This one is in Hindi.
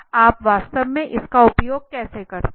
आप वास्तव में इसे का उपयोग कैसे करते हैं